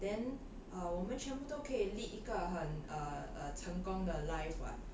then err 我们全部都可以 lead 一个很 err err 成功的 life [what]